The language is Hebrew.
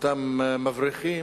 אותם מבריחים,